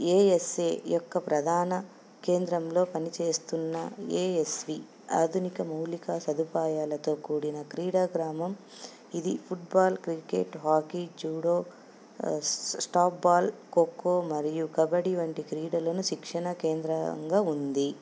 ASA యొక్క ప్రధాన కేంద్రంలో పనిచేస్తున్న ఏఎస్వి ఆధునిక మౌలిక సదుపాయాలతో కూడిన క్రీడా గ్రామం ఇది ఫుట్బాల్ క్రికెట్ హాకీ జూడో స్టాప్బాల్ ఖోఖో మరియు కబడ్డీ వంటి క్రీడలను శిక్షణ కేంద్రంగా ఉంది